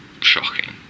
shocking